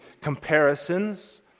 comparisons